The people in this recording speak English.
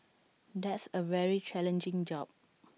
that's A very challenging job